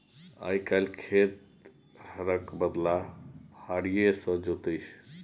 आइ काल्हि खेत हरक बदला फारीए सँ जोताइ छै